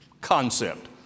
concept